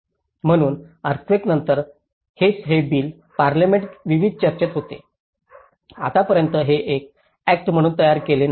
म्हणूनच अर्थक्वेकानंतर हेच हे बिल पार्लमेंट विविध चर्चेत होते आतापर्यंत हे ऍक्ट म्हणून तयार केलेले नाही